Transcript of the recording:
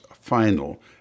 final